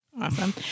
Awesome